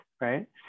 right